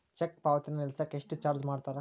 check ಪಾವತಿನ ನಿಲ್ಸಕ ಎಷ್ಟ ಚಾರ್ಜ್ ಮಾಡ್ತಾರಾ